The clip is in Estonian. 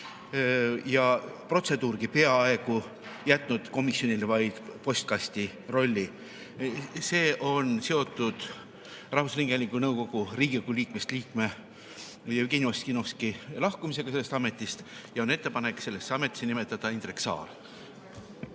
protseduurgi peaaegu jätnud komisjonile vaid postkasti rolli. See on seotud rahvusringhäälingu nõukogu Riigikogu liikmest liikme Jevgeni Ossinovski lahkumisega sellest ametist ja on ettepanek sellesse ametisse nimetada Indrek Saar.